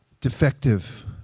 defective